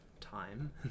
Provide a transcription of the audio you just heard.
time